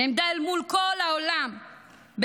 נעמדה אל מול כל העולם באומץ,